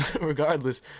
regardless